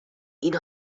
این